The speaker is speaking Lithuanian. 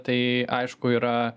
tai aišku yra